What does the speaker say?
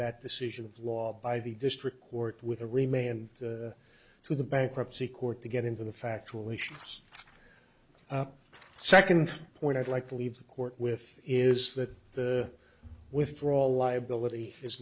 that decision of law by the district court with a remained to the bankruptcy court to get into the factual issues up the second point i'd like to leave the court with is that the withdrawal liability is